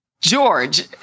George